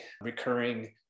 recurring